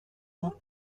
moi